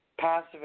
passive